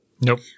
Nope